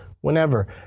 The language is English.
whenever